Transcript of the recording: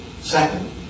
Second